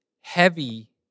heavy